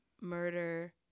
murder